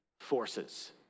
forces